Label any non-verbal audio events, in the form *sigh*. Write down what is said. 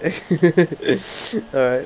*noise* alright